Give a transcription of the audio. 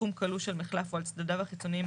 בתחום כלוא של מחלף או על צדדיו החיצוניים